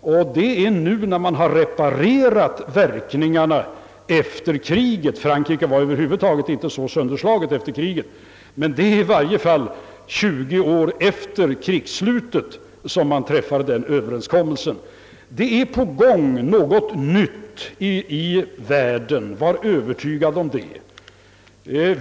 och det är nu när man har reparerat verkningarna efter kriget — Frankrike var över huvud taget inte så sönderslaget efter kriget, men det är i varje fall 20 år efter krigsslutet — som man träffar denna överenskommelse. Något nytt är på gång i världen, var övertygade om detta!